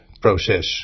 process